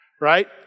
Right